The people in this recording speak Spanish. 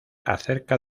acerca